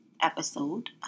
episode